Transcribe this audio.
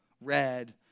red